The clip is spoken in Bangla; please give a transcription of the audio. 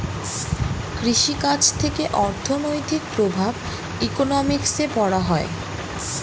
কৃষি কাজ থেকে অর্থনৈতিক প্রভাব ইকোনমিক্সে পড়া হয়